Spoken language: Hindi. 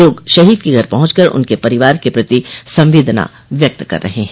लोग शहीद के घर पहुँचकर उनके परिवार के प्रति संवेदना व्यक्त कर रहे हैं